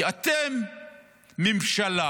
כי אתם ממשלה